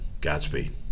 Godspeed